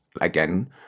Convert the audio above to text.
again